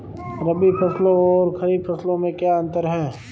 रबी फसलों और खरीफ फसलों में क्या अंतर है?